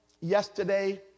yesterday